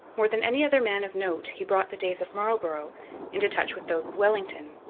more than any other man of note he brought the days of marlborough into touch with those of wellington,